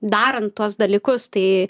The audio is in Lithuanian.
darant tuos dalykus tai